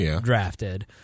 drafted